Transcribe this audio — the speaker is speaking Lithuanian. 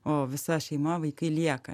o visa šeima vaikai lieka